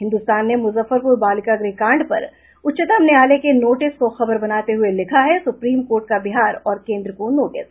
हिन्दुस्तान ने मुजफ्फरपुर बालिका गृह कांड पर उच्चतम न्यायालय के नोटिस को खबर बनाते हुए लिखा है सुप्रीम कोर्ट का बिहार और केन्द्र को नोटिस